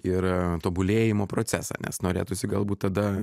ir tobulėjimo procesą nes norėtųsi galbūt tada